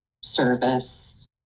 service